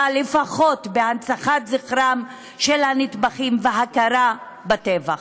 לפחות בהנצחת זכרם של הנטבחים והכרה בטבח.